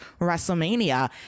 Wrestlemania